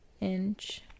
inch